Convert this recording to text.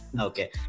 Okay